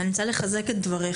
אני רוצה לחזק את דבריך.